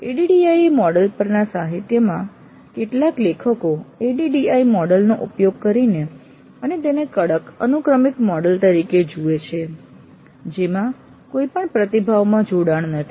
ADDIE model પરના સાહિત્યમાં કેટલાક લેખકો ADDIE મોડેલ નો ઉપયોગ કરીને અને તેને કડક અનુક્રમિક મોડેલ તરીકે જુએ છે જેમાં કોઈ પણ પ્રતિભાવમાં જોડાણ નથી